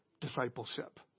discipleship